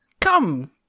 Come